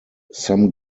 some